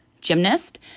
gymnast